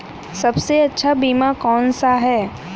सबसे अच्छा बीमा कौन सा है?